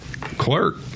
clerk